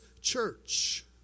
church